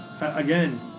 again